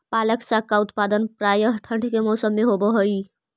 पालक साग का उत्पादन प्रायः ठंड के मौसम में होव हई